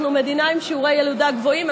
אנחנו מדינה עם שיעורי ילודה גבוהים.